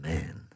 Man